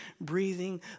breathing